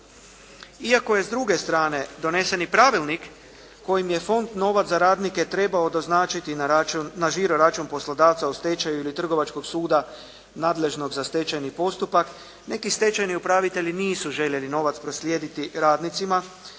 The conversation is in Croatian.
Iako je s druge strane donesen i pravilnik kojim je Fond novac za radnike trebao doznačiti na račun, na žiro-račun poslodavca u stečaju ili trgovačkog suda nadležnog za stečajni postupak, neki stečajni upravitelji nisu željeli novac proslijediti radnicima